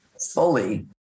fully